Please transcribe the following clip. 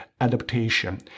adaptation